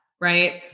right